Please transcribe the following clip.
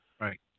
Right